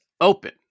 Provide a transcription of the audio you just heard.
open